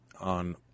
on